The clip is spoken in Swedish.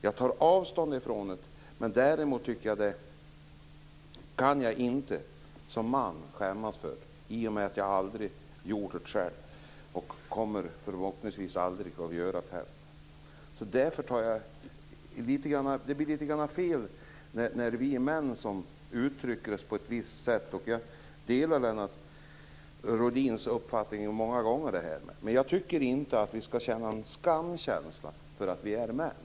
Jag tar avstånd från det. Däremot kan jag inte som man skämmas för detta eftersom jag aldrig har gjort det själv och förhoppningsvis aldrig kommer att göra det. Det blir litet fel när vi män uttrycker oss på ett visst sätt. Jag delar många gånger Lennart Rohdins uppfattning i det här. Men jag tycker inte att vi skall känna någon skamkänsla för att vi är män.